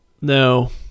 No